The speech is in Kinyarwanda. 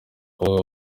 kuvuga